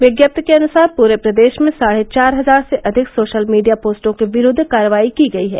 विज्ञप्ति के अनुसार पूरे प्रदेश में साढ़े चार हजार से अधिक सोशल मीडिया पोस्टों के विरूद्व कार्रवाई की गयी है